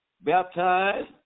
baptized